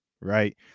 right